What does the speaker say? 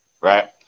Right